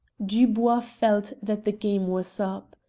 dubois felt that the game was up.